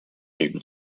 able